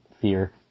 fear